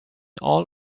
all